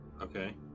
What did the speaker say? okay